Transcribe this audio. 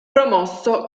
promosso